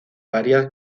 varias